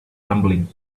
rumbling